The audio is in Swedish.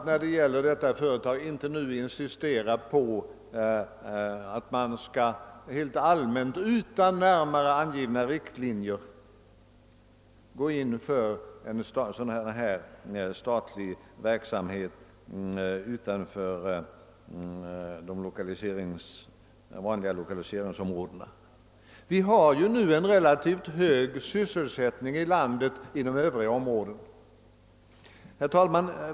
När det gäller andra företag bör man inte nu insistera på att helt allmänt och utan närmare angivna riktlinjer gå in för statlig verksamhet utanför lokaliseringsområdena. Vi har ju nu en relativt hög sysselsättning inom övriga områden i landet.